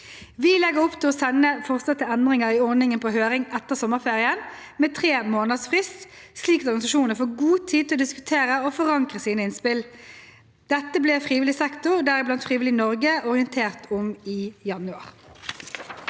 Vi legger opp til å sende forslag til endringer i ordningen på høring etter sommerferien, med tre måneders frist, slik at organisasjonene får god tid til å diskutere og forankre sine innspill. Dette ble frivillig sektor, deriblant Frivillighet Norge, orientert om i januar.